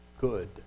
good